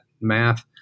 math